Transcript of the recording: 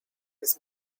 his